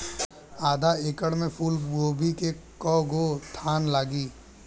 आधा एकड़ में फूलगोभी के कव गो थान लागी?